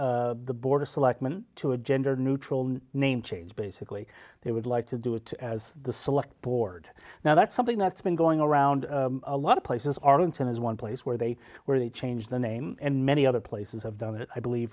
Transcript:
change the board of selectmen to a gender neutral name change basically they would like to do it as the select board now that's something that's been going around a lot of places arlington is one place where they where they change the name and many other places have done it i believe